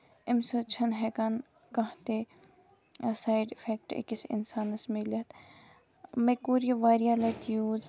اَمہِ سۭتۍ چھےٚ نہٕ ہٮ۪کان کانہہ تہِ سایڈ افیکٹ أکِس اِنسانَس مِلِتھ مےٚ کوٚر یہِ واریاہ لَٹہِ یوٗز